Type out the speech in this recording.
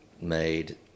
made